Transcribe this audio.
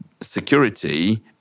security